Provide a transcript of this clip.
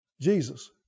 Jesus